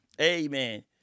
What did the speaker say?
Amen